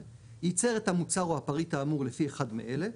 ייצר את המוצר או הפריט האמור לפי אחד מאלה: